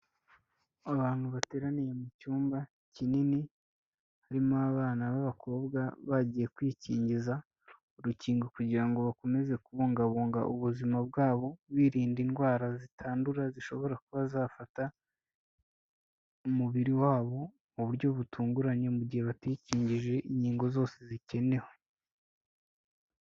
Abantu bateraniye mu cyumba kinini, harimo abana b'abakobwa bagiye kwikingiza urukingo kugira ngo bakomeze kubungabunga ubuzima bwabo, birinda indwara zitandura zishobora kuba zafata umubiri wabo, mu buryo butunguranye mu gihe batikingije inkingo zose zikenewe.